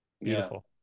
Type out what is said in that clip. Beautiful